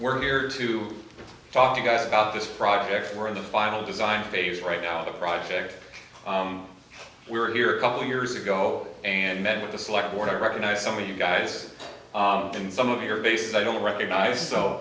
we're here to talk you guys about this project we're in the final design phase right now the project we were here a couple years ago and met with the select board i recognize some of you guys in some of your vases i don't recognize so